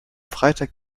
freitag